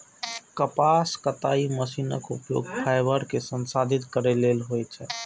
कपास कताइ मशीनक उपयोग फाइबर कें संसाधित करै लेल होइ छै